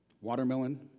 watermelon